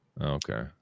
okay